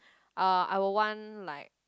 uh I would want like